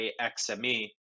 XME